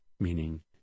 meaning